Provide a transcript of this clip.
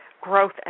growth